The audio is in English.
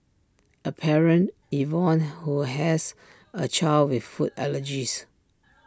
A parent Yvonne who has A child with food allergies